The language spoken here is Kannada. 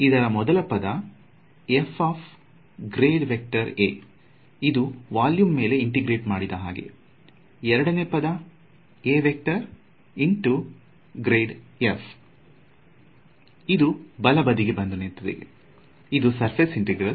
ಇದರ ಮೊದಲ ಪದ ಇದು ವಲ್ಯೂಮ್ ಮೇಲೆ ಇಂಟೆಗ್ರೇಟೆ ಮಾಡಿದ ಹಾಗೆ ಎರಡನೇ ಪದ ಇದು ಬಲ ಬದಿಗೆ ಬಂದು ನಿಂತಿದೆ ಇದು ಸರ್ಫೆಸ್ ಇಂಟೆಗ್ರಲ್